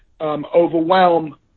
overwhelm